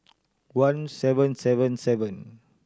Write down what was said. one seven seven seven